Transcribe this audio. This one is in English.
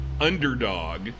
underdog